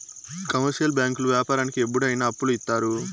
commercial బ్యాంకులు వ్యాపారానికి ఎప్పుడు అయిన అప్పులు ఇత్తారు